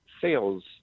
sales